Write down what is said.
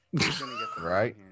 right